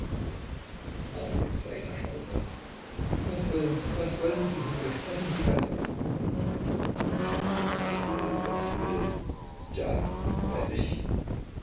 ihn erstaunt an was wollen sie was wollen sie von mir sprechen sie ganz offen was ich will was ich will tja weiß ich